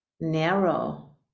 narrow